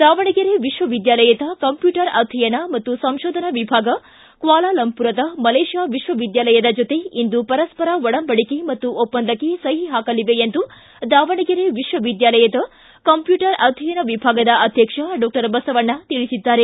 ದಾವಣಗೆರೆ ವಿಶ್ವವಿದ್ಯಾನಿಲಯದ ಕಂಪ್ಯೂಟರ್ ಅಧ್ಯಯನ ಮತ್ತು ಸಂಶೋಧನಾ ವಿಭಾಗವು ಕ್ವಾಲಾಲಂಪುರದ ಮಲೇಷ್ಯಾ ವಿಶ್ವವಿದ್ಯಾಲಯ ಜೊತೆ ಇಂದು ಪರಸ್ಪರ ಒಡಂಬಡಿಕೆ ಮತ್ತು ಒಪ್ಪಂದಕ್ಕೆ ಸಹಿ ಹಾಕಲಿವೆ ಎಂದು ದಾವಣಗೆರೆ ವಿಶ್ವ ವಿದ್ಯಾಲಯದ ಕಂಪ್ಯೂಟರ್ ಅಧ್ಯಯನ ವಿಭಾಗದ ಅಧ್ಯಕ್ಷ ಡಾಕ್ಟರ್ ಬಸವಣ್ಣ ತಿಳಿಸಿದ್ದಾರೆ